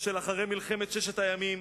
של אחרי מלחמת ששת הימים.